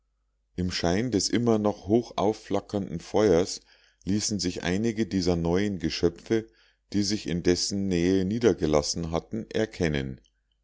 im schein des immer noch hochaufflackernden feuers ließen sich einige dieser neuen geschöpfe die sich in dessen nähe niedergelassen hatten erkennen